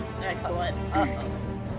Excellent